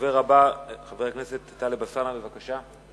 הדובר הבא, חבר הכנסת טלב אלסאנע, בבקשה.